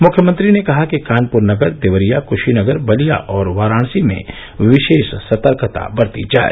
मुख्यमंत्री ने कहा कि कानपुर नगर देवरिया कुशीनगर बलिया और वाराणसी में विशेष सतर्कता बरती जाए